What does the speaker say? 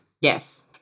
Yes